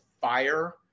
FIRE